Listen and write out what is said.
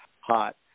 hot